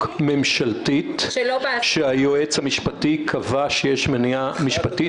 ממשלתית שהיועץ המשפטי קבע שיש מניעה משפטית,